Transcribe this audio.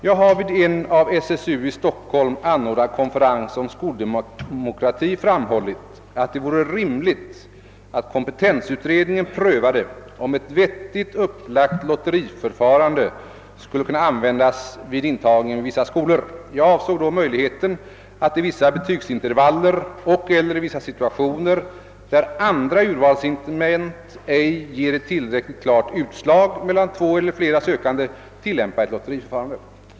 Jag har vid en av SSU i Stockholm anordnad konferens om skoldemokrati framhållit, att det vore rimligt att kompetensutredningen prövade om ett vettigt upplagt lotteriförfarande skulle kunna användas vid intagning vid vissa skolor. Jag avsåg då möjligheten att i vissa betygsintervaller och/eller i vissa situationer, där andra urvalsinstrument ej ger ett tillräckligt klart utslag mellan två eller flera sökande, tillämpa ett lottningsförfarande.